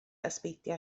ysbeidiau